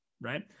right